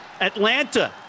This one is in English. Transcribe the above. Atlanta